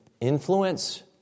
influence